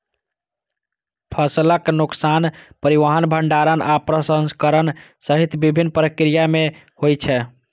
फसलक नुकसान परिवहन, भंंडारण आ प्रसंस्करण सहित विभिन्न प्रक्रिया मे होइ छै